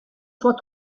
soit